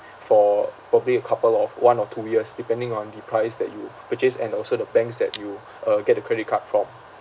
for probably a couple of one or two years depending on the price that you purchase and also the banks that you uh get the credit card from